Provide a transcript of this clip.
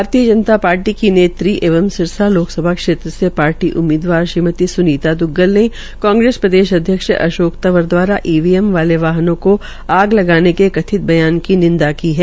भारतीय जनता पार्टी की नेता एवं सिरसा लोकसभा क्षेत्र से पार्टी उम्मीदवार श्रीमती सूनिता द् द्ग्गल ने कांग्रेस ने प्रदेश अध्यक्ष अशोक तंवर दवारा ईवीएम वाले वाहनों को आग लगाने के कथित बयान की निंदा की है